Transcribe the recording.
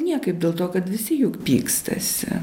niekaip dėl to kad visi juk pykstasi